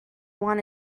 wanna